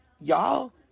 y'all